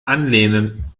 anlehnen